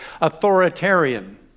authoritarian